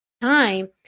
time